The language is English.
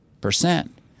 percent